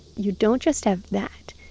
you don't just have that.